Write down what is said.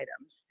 items